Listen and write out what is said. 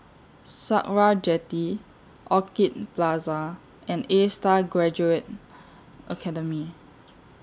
Sakra Jetty Orchid Plaza and A STAR Graduate Academy